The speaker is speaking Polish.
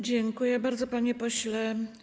Dziękuję bardzo, panie pośle.